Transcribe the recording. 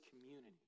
community